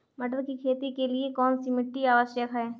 मटर की खेती के लिए कौन सी मिट्टी आवश्यक है?